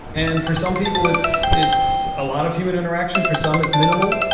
and for some people, it's it's a lot of human interaction. for some, it's minimal.